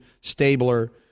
Stabler